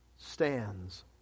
stands